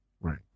Right